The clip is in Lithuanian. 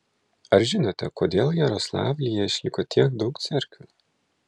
ar žinote kodėl jaroslavlyje išliko tiek daug cerkvių